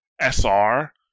SR